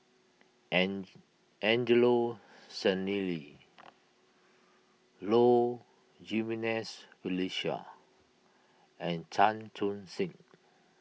Angelo Sanelli Low Jimenez Felicia and Chan Chun Sing